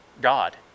God